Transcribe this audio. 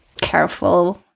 careful